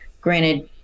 granted